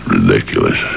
Ridiculous